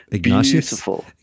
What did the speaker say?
beautiful